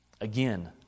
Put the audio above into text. Again